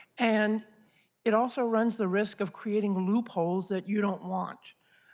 and it also runs the risk of creating loopholes that you don't want.